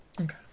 Okay